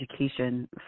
education